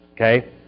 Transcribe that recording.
Okay